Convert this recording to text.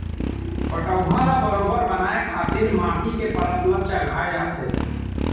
पटउहॉं ल बरोबर बनाए खातिर माटी के परत चघाए जाथे